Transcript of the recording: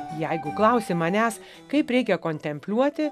jeigu klausi manęs kaip reikia kontempliuoti